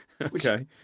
Okay